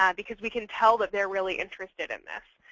yeah because we can tell that they're really interested in this.